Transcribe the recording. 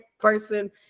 person